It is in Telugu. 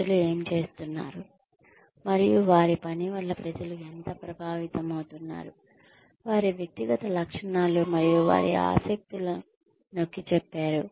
ప్రజలు ఏమి చేస్తున్నారు మరియు వారి పని వల్ల ప్రజలు ఎంత ప్రభావితమవుతున్నారు వారి వ్యక్తిగత లక్షణాలు మరియు వారి ఆసక్తులు నొక్కిచెప్పారు